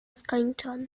skończona